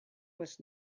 was